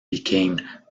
became